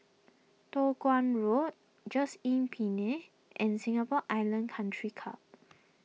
Toh Guan Road Just Inn Pine and Singapore Island Country Club